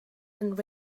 and